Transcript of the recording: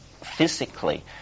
physically